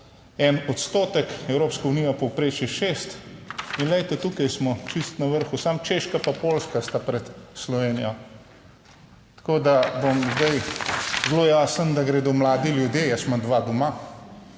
3,1 odstotek, Evropska unija povprečje šest in glejte, tukaj smo čisto na vrhu, samo Češka pa Poljska sta pred Slovenijo. Tako da, bom zdaj zelo jasen, da gredo mladi ljudje, jaz imam dva doma,